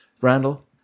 randall